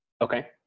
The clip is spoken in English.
okay